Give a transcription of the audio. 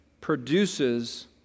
produces